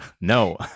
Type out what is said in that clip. No